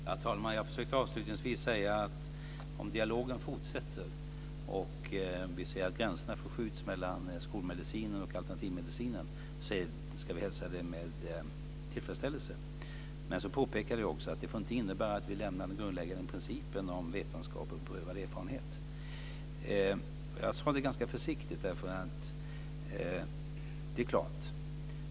Herr talman! Jag försökte avslutningsvis säga att om dialogen fortsätter och vi ser att gränserna mellan skolmedicinen och alternativmedicinen förskjuts, ska vi hälsa det med tillfredsställelse. Jag påpekade också att det inte får innebära att vi lämnar den grundläggande principen om vetenskap och beprövad erfarenhet. Det sade jag ganska försiktigt.